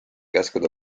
käskude